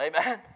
Amen